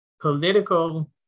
political